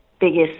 biggest